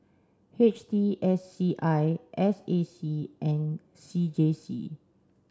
H T S C I S A C and C J C